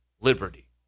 Liberty